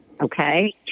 Okay